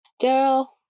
girl